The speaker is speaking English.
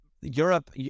Europe